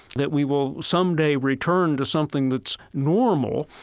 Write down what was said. that we will someday return to something that's normal,